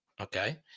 okay